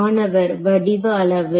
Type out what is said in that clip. மாணவர் வடிவ அளவு